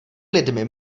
lidmi